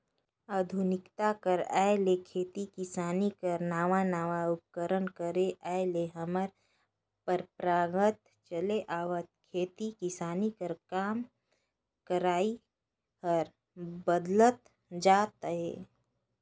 आधुनिकता कर आए ले खेती किसानी कर नावा नावा उपकरन कर आए ले हमर परपरागत चले आवत खेती किसानी कर काम करई हर बदलत जात अहे